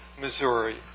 Missouri